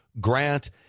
Grant